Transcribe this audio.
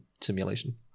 simulation